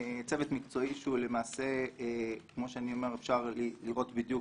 צוות מקצועי שהוא למעשה כמו שאני אומר אפשר לראות בדיוק